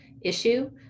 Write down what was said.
issue